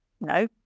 no